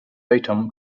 item